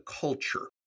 culture